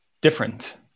different